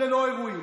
ללא אירועים.